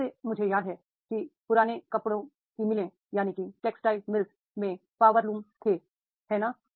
जैसे मुझे याद है कि पुरानी कपड़ा मिलों में पावर लूम थे है ना